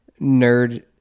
nerd